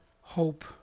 hope